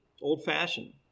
old-fashioned